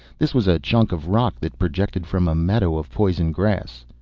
this was a chunk of rock that projected from a meadow of poison grass.